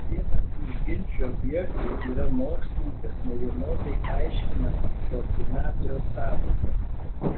vienas iš ginčo objektų yra mokslininkas nevienodai aiškinama koordinacijos sąvoka